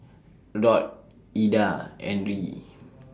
Rod Ida and Ri